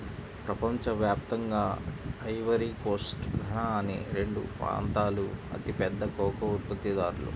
ప్రపంచ వ్యాప్తంగా Ivory Coast, Ghana అనే రెండు ప్రాంతాలూ అతిపెద్ద కోకో ఉత్పత్తిదారులు